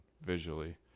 visually